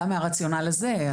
גם מהרציונל הזה,